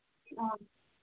ꯑꯥ